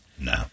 No